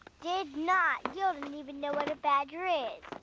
did not! you don't even know what a badger is.